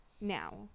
now